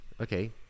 okay